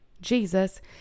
Jesus